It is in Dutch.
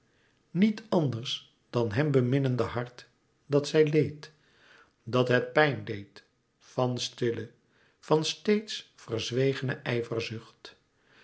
niet anders dan hèm beminnende hart dat zij leed dat het pijn deed van stille van steeds verzwegene